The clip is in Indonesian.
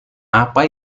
apa